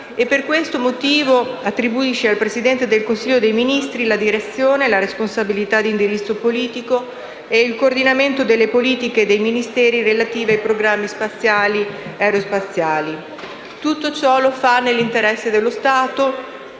per questo motivo, esso attribuisce al Presidente del Consiglio dei ministri la direzione, la responsabilità di indirizzo politico e il coordinamento delle politiche dei Ministeri relative ai programmi spaziali e aerospaziali. Tutto ciò lo fa nell'interesse dello Stato,